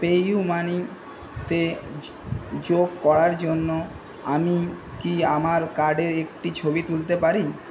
PayUmoney তে যোগ করার জন্য আমি কি আমার কার্ডের একটি ছবি তুলতে পারি